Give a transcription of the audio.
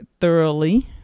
thoroughly